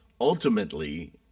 Ultimately